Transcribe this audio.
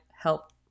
help